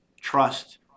trust